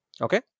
Okay